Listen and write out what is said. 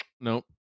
Nope